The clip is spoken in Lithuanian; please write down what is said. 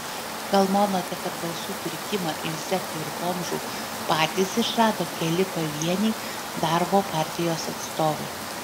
gal manote kad balsų pirkimą iš zekų ir bomžų patys išrado keli pavieniai darbo partijos atstovai